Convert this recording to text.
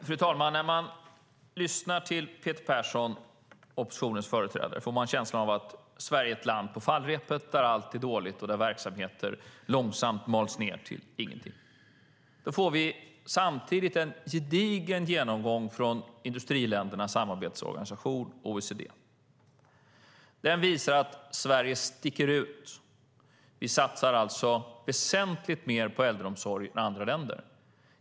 Fru talman! När man lyssnar till oppositionens företrädare Peter Persson får man känslan av att Sverige är ett land på fallrepet där allt är dåligt och där verksamheter långsamt mals ned till ingenting. Samtidigt får vi en gedigen genomgång från industriländernas samarbetsorganisation OECD. Den visar att Sverige sticker ut. Vi satsar väsentligt mer på äldreomsorg än andra länder.